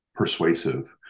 persuasive